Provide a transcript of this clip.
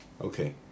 Okay